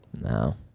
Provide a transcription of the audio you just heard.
No